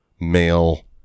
male